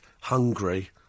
hungry